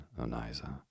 Oniza